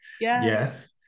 yes